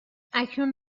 اکنون